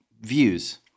views